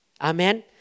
Amen